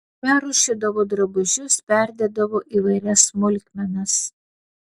perrūšiuodavo drabužius perdėdavo įvairias smulkmenas